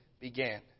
began